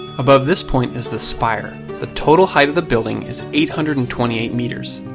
above this point is the spire. the total height of the building is eight hundred and twenty eight meters.